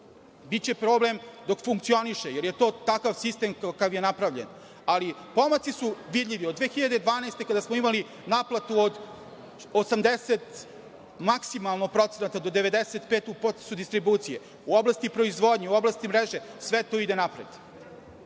Biće problem dok funkcioniše, jer je to takav sistem od kako je napravljen, ali pomaci su vidljivi od 2012. kada smo imali naplatu od 80 maksimalno procenata, do 95 u procesu distribucije, u oblasti proizvodnje, u oblasti mreže, sve to ide napred. Ova